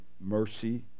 mercy